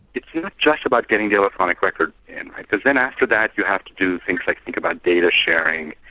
it's not just about getting the electronic record in because then after that you have to do things like think about data sharing,